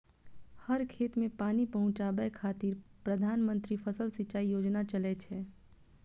हर खेत कें पानि पहुंचाबै खातिर प्रधानमंत्री फसल सिंचाइ योजना चलै छै